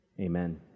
amen